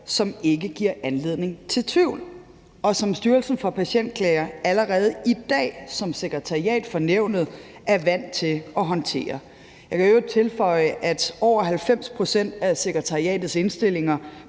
som ikke giver anledning til tvivl, og som Styrelsen for Patientklager allerede i dag som sekretariat for nævnet er vant til at håndtere. Jeg kan i øvrigt tilføje, at over 90 pct. af sekretariatets indstillinger